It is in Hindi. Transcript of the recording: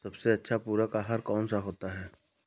सबसे अच्छा पूरक आहार कौन सा होता है?